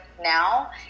now